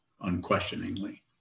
unquestioningly